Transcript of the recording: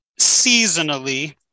seasonally